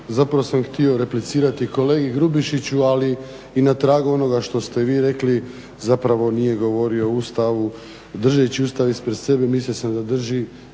zapravo sam htio replicirati kolegi Grubišiću, ali i na tragu onoga što ste vi rekli zapravo nije govorio o Ustavu. Držeći Ustav ispred sebe mislio sam da drži